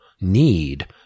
need